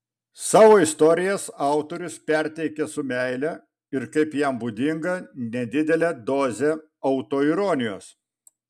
savo istorijas autorius perteikia su meile ir kaip jam būdinga nedidele doze autoironijos